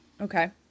Okay